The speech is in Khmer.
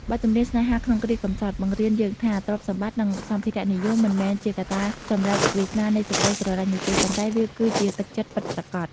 បទចម្រៀង "ស្នេហាក្នុងគ្រាកម្សត់" បង្រៀនយើងថា ទ្រព្យសម្បត្តិ និងសម្ភារៈនិយម មិនមែនជាកត្តាសម្រេចវាសនានៃសេចក្តីស្រឡាញ់នោះទេ ប៉ុន្តែវាគឺជាទឹកចិត្តពិតប្រាកដ។